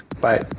Bye